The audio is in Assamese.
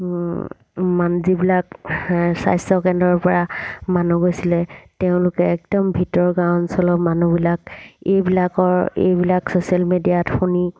মানে যিবিলাক স্বাস্থ্যকেন্দ্ৰৰ পৰা মানুহ গৈছিলে তেওঁলোকে একদম ভিতৰ গাঁও অঞ্চলৰ মানুহবিলাক এইবিলাকৰ এইবিলাক ছ'চিয়েল মিডিয়াত শুনি